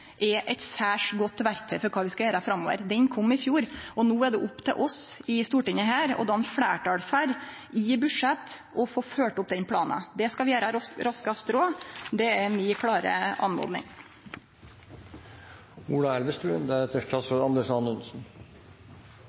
særs godt verktøy for kva vi skal gjere framover. Planen kom i fjor, og no er det opp til oss i Stortinget å danne fleirtal for i budsjett å få følgt opp den planen. Det skal vi gjere raskast råd – det er mi klare